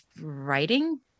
writing